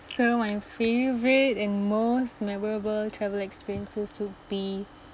so my favourite and most memorable travel experiences would be